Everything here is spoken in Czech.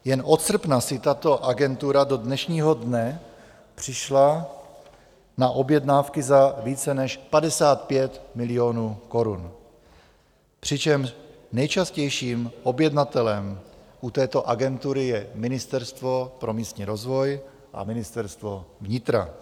Jen od srpna si tato agentura do dnešního dne přišla na objednávky za více než 55 milionů, přičemž nejčastějším objednatelem u této agentury je Ministerstvo pro místní rozvoj a Ministerstvo vnitra.